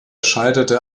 scheiterte